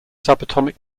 subatomic